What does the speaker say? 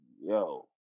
Yo